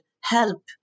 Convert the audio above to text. help